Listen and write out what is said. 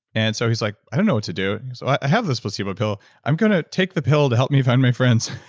and so he's like, i don't know what to do? so i have this placebo pill. i'm going to take the pill to help me find my friends.